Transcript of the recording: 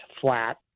flat